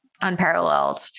unparalleled